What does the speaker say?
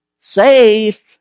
safe